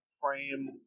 frame